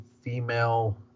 female